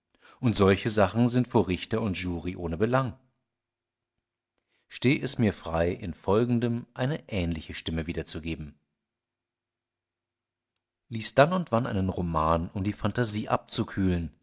und solche sachen sind vor richter und jury ohne belang steh es mir frei in folgendem eine ähnliche stimme wiederzugeben lies dann und wann einen roman um die phantasie abzukühlen